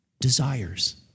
desires